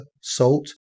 salt